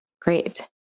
Great